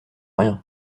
rien